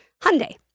Hyundai